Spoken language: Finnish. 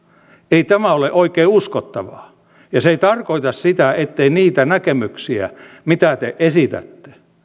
ei tämä ole oikein uskottavaa ja se ei tarkoita sitä ettei niitä näkemyksiä mitä te esitätte